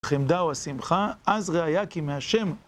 חמדה או השמחה, אז ראיה כי מהשם...